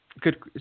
Good